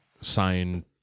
signed